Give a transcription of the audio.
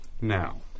now